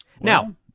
Now